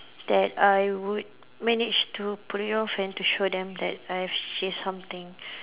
that I would manage to bring off and to show them that I have she's something